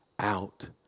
out